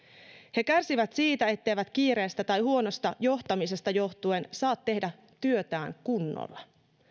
he kärsivät siitä etteivät kiireestä tai huonosta johtamisesta johtuen saa tehdä työtään kunnolla